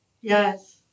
Yes